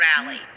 rally